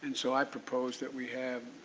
and so i propose that we have,